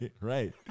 right